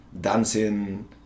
dancing